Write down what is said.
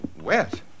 Wet